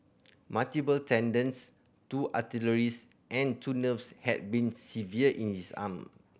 multiple tendons two arteries and two nerves had been severed in his arm